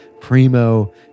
primo